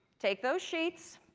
take those sheets,